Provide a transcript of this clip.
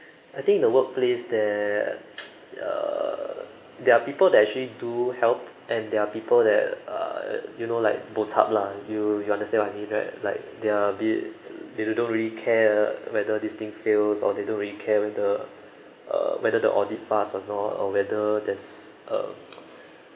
I think the workplace that uh there are people that actually do help and there are people that uh you know like bo chup lah you you understand what I mean right like they're a bit they don't really care whether this thing fails or they don't really care uh whether the audit pass or not or whether there's a